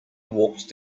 walked